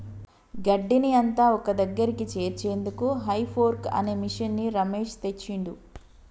గడ్డిని అంత ఒక్కదగ్గరికి చేర్చేందుకు హే ఫోర్క్ అనే మిషిన్ని రమేష్ తెచ్చిండు